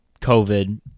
COVID